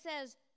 says